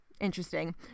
interesting